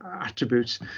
attributes